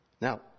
Now